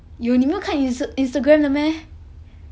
有你没有看 isnta~ instagram 的 meh